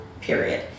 period